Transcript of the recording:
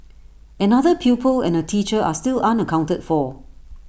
another pupil and A teacher are still unaccounted for